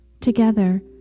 Together